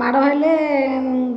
ମାଡ଼ ହେଲେ